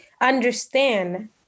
understand